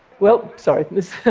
well, sorry,